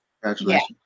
congratulations